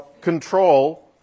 control